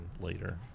later